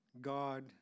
God